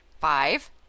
five